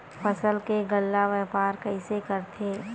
फसल के गल्ला व्यापार कइसे करथे?